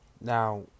Now